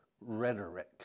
rhetoric